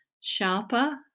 sharper